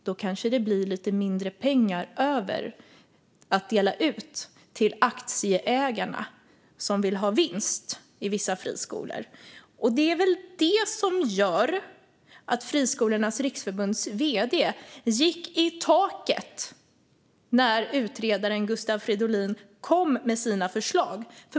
Då kanske det blir lite mindre pengar över att dela ut till aktieägarna som vill ha vinst i vissa friskolor. Och det är väl det som gör att Friskolornas riksförbunds vd gick i taket när utredaren Gustav Fridolin kom med sina förslag.